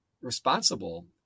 responsible